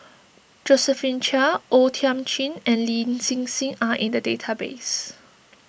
Josephine Chia O Thiam Chin and Lin Hsin Hsin are in the database